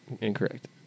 incorrect